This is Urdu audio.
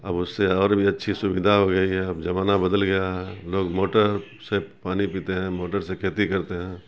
اب اس سے اور بھی اچھی سویدھا ہو گئی ہے اب زمانہ بدل گیا ہے لوگ موٹر سے پانی پیتے ہیں موٹر سے کھیتی کرتے ہیں